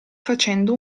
facendo